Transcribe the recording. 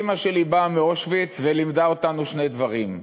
אימא שלי באה מאושוויץ ולימדה אותנו שני דברים: